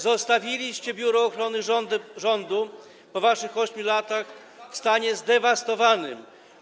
Zostawiliście Biuro Ochrony Rządu, po waszych 8 latach, w stanie zdewastowanym.